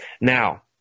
Now